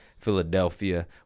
Philadelphia